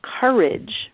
courage